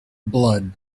blood